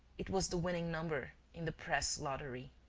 it was the winning number in the press lottery.